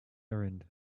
errand